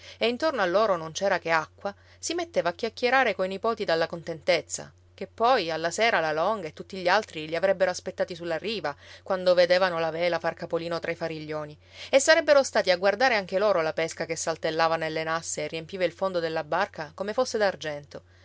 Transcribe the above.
e intorno a loro non c'era che acqua si metteva a chiacchierare coi nipoti dalla contentezza che poi alla sera la longa e tutti gli altri li avrebbero aspettati sulla riva quando vedevano la vela far capolino tra i fariglioni e sarebbero stati a guardare anche loro la pesca che saltellava nelle nasse e riempiva il fondo della barca come fosse